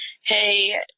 hey